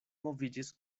moviĝis